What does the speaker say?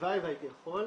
הלוואי והייתי יכול.